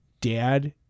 Dad